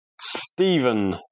Stephen